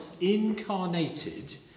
incarnated